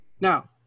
Now